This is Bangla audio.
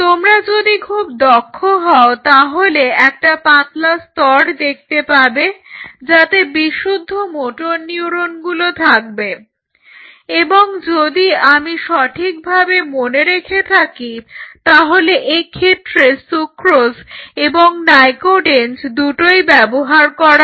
তোমরা যদি খুব দক্ষ হও তাহলে একটা পাতলা স্তর দেখতে পাবে যাতে বিশুদ্ধ মোটর নিউরনগুলো থাকবে এবং যদি আমি সঠিকভাবে মনে রেখে থাকি তাহলে এক্ষেত্রে সুক্রোজ এবং নাইকোডেঞ্জ দুটোই ব্যবহার করা হয়